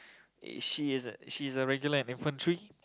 she's she is a regular in infantry